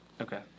Okay